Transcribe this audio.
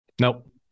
Nope